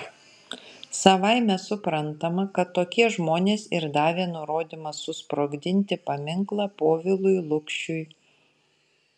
savaime suprantama kad tokie žmonės ir davė nurodymą susprogdinti paminklą povilui lukšiui